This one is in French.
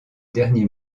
dernier